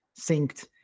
synced